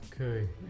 Okay